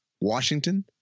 Washington